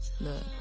Look